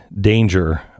danger